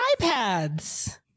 iPads